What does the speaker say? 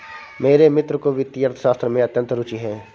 मेरे मित्र को वित्तीय अर्थशास्त्र में अत्यंत रूचि है